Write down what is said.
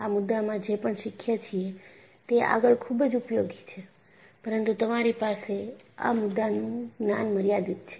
આ મુદ્દામાં જે પણ શીખ્યા છીએ તે આગળ ખૂબ જ ઉપયોગી છે પરંતુ તમારી પાસે આ મુદ્દાનું જ્ઞાન મર્યાદિત છે